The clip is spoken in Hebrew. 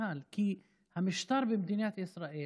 הקהל כי המשטר במדינת ישראל